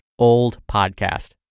oldpodcast